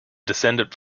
descendant